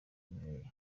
inkeke